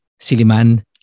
Siliman